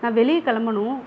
நான் வெளியே கிளம்பணும்